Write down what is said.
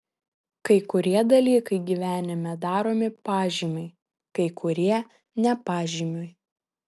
kai kurie dalykai gyvenime daromi pažymiui kai kurie ne pažymiui